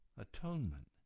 atonement